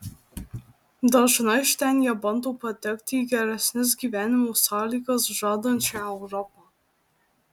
dažnai iš ten jie bando patekti į geresnes gyvenimo sąlygas žadančią europą